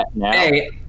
Hey